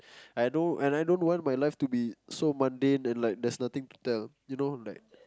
I know and I don't want my life to be so mundane and like there's nothing to tell you know like